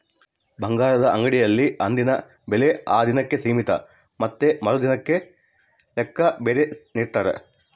ಬಂಗಾರದ ಅಂಗಡಿಗಳಲ್ಲಿ ಅಂದಿನ ಬೆಲೆ ಆ ದಿನಕ್ಕೆ ಸೀಮಿತ ಮತ್ತೆ ಮರುದಿನದ ಲೆಕ್ಕ ಬೇರೆ ನಿಡ್ತಾರ